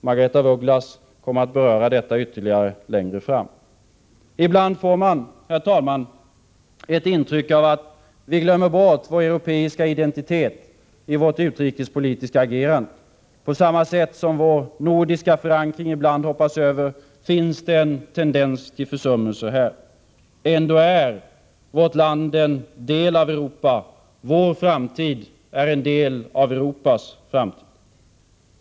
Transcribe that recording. Margaretha af Ugglas kommer senare att beröra detta ytterligare. Herr talman! Ibland får man ett intryck av att vi glömmer vår europeiska identitet i vårt utrikespolitiska agerande. På samma sätt som vår nordiska förankring ibland hoppas över finns det en tendens att försumma den europeiska identiteten. Ändå är vårt land en del av Europa. Vår framtid är en del av Europas framtid.